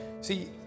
See